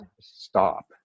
Stop